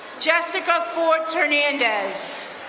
jessica ford hernandez.